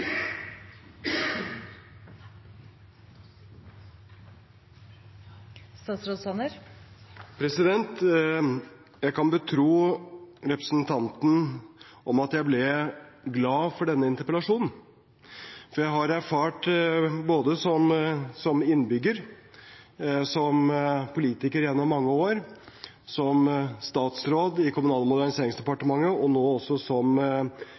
Jeg kan betro representanten at jeg ble glad for denne interpellasjonen, for jeg har erfart både som innbygger, som politiker gjennom mange år, som statsråd i Kommunal- og moderniseringsdepartementet og nå også som